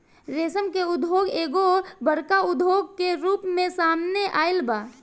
रेशम के उद्योग एगो बड़का उद्योग के रूप में सामने आइल बा